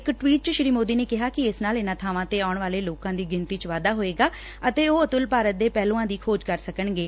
ਇਕ ਟਵੀਟ ਚ ਸ੍ਰੀ ਮੋਦੀ ਨੇ ਕਿਹਾ ਕਿ ਇਸ ਨਾਲ ਇਨਾਂ ਬਾਵਾਂ ਤੇ ਦੀ ਗਿਣਤੀ ਚ ਵਾਧਾ ਹੋਏਗਾ ਅਤੇ ਉਹ ਅਤੱਲ ਭਾਰਤ ਦੇ ਪਹਿਲੁਆਂ ਦੀ ਖੋਜ ਕਰ ਸਕਣਗੇ